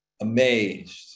amazed